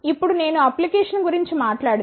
ఇప్పుడు నేను అప్లికేషన్స్ గురించి మాట్లాడితే